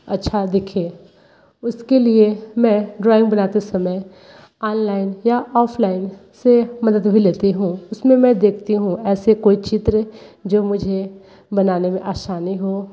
अच्छा दिखे उसके लिए मैं ड्राइंग बनाते समय आनलाइन या ओफ़लाइन से मदद भी लेती हूँ उस में मैं देखती हूँ ऐसे कोई चित्र जो मुझे बनाने में आसानी हो